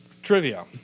Trivia